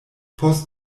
post